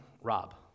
Rob